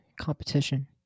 Competition